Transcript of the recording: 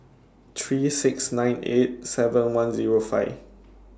three six nine eight seven one Zero five